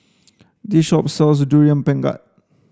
this shop sells durian pengat